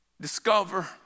discover